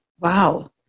Wow